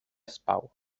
spał